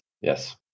Yes